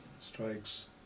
strikes